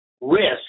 risk